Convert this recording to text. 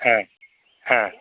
ह ह